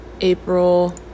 April